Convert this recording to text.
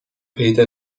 پیدا